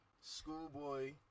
Schoolboy